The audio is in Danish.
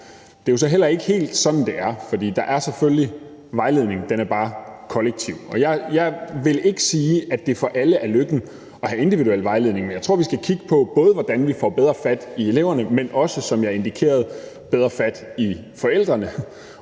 Det er jo så heller ikke helt sådan, det er, for der er selvfølgelig vejledning; den er bare kollektiv. Og jeg vil ikke sige, at det for alle er lykken at have individuel vejledning. Jeg tror både, vi skal kigge på, hvordan vi får bedre fat i eleverne, men også, som jeg indikerede, bedre fat i forældrene,